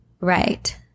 Right